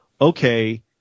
okay